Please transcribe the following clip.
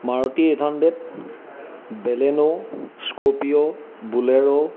Maruti eight hundred Baleno scorpio bolero